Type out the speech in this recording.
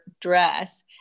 dress